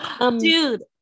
Dude